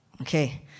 Okay